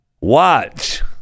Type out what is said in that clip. watch